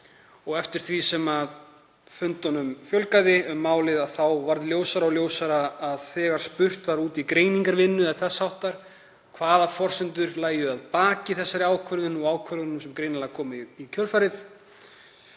Og eftir því sem fundunum fjölgaði um málið varð sífellt ljósara, þegar spurt var út í greiningarvinnu eða þess háttar eða hvaða forsendur lægju að baki þessari ákvörðun og ákvörðunum sem komu í kjölfarið,